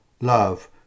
love